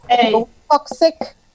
toxic